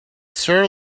sure